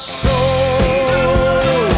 soul